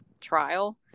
trial